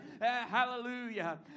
Hallelujah